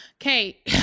Okay